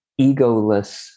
egoless